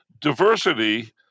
diversity